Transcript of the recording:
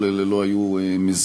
כל אלה לא היו מזיקים.